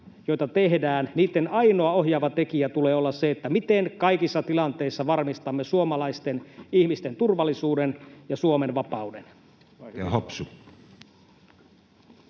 joita tehdään, ainoan ohjaavan tekijän tulee olla se, miten kaikissa tilanteissa varmistamme suomalaisten ihmisten turvallisuuden ja Suomen vapauden.